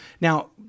Now